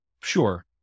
Sure